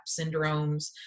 syndromes